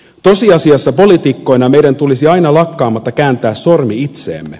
tosiasiassa poliitikkoina meidän tulisi aina lakkaamatta kääntää sormi itseemme